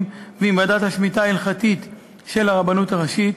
ועם ועדת השמיטה ההלכתית של הרבנות הראשית.